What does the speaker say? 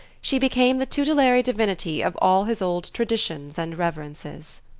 she became the tutelary divinity of all his old traditions and reverences.